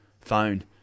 phone